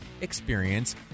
experience